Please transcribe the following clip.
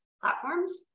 platforms